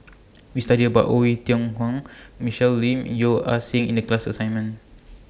We studied about Oei Tiong Ham Michelle Lim Yeo Ah Seng in The class assignment